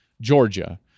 Georgia